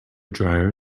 dryer